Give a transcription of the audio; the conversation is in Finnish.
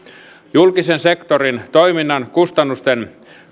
julkisen sektorin toiminnan kustannusten